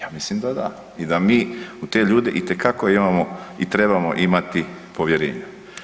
Ja mislim da da i da mi u te ljude itekako imamo i trebamo imati povjerenje.